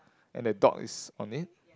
and a dog is on it